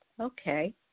Okay